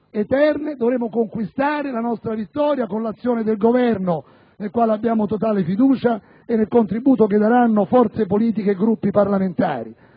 eterne, dovremo conquistare la nostra vittoria con l'azione del Governo nel quale abbiamo totale fiducia e con il contributo che daranno le forze politiche e i Gruppi parlamentari: